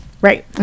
Right